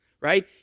right